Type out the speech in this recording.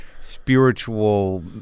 spiritual